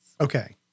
Okay